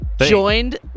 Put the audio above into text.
joined